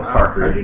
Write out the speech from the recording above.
Parker